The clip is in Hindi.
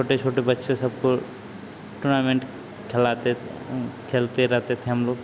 छोटे छोटे बच्चे सबको टूर्नामेन्ट खेलाते खेलते रहते थे हमलोग